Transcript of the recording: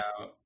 out